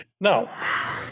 Now